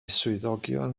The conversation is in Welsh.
swyddogion